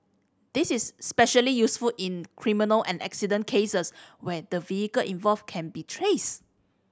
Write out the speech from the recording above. this is especially useful in criminal and accident cases where the vehicle involved can be traced